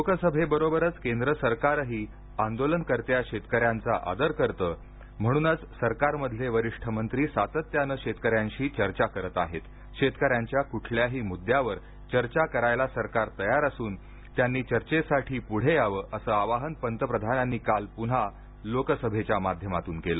लोकसभेबरोबरच केंद्र सरकारही आंदोलनकर्त्या शेतकऱ्यांचा आदर करतं म्हणूनच सरकार मधले वरिष्ठ मंत्री सातत्यानं शेतकऱ्यांशी चर्चा करत आहेत शेतकऱ्यांच्या कुठल्याही मुद्द्यावर चर्चा करायला सरकार तयार असून त्यांनी चर्चेसाठी पुढे यावं असं आवाहन पंतप्रधानांनी काल पुन्हा लोकसभेच्या माध्यमातून केलं